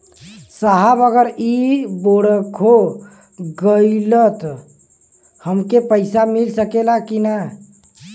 साहब अगर इ बोडखो गईलतऽ हमके पैसा मिल सकेला की ना?